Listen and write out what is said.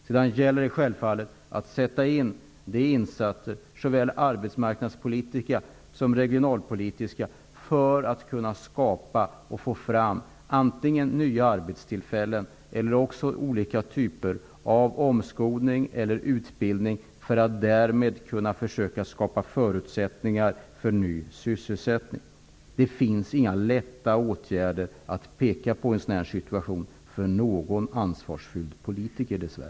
Ibland gäller det självfallet att göra såväl arbetsmarknadspolitiska som regionalpolitiska insatser för att skapa antingen nya arbetstillfällen eller också nya typer av omskolning eller utbildning, som kan ge förutsättningar för ny sysselsättning. Det finns dess värre inga lätta åtgärder att peka på i en sådan situation för någon ansvarsfull politiker.